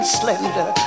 slender